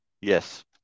Yes